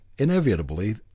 Inevitably